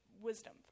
wisdom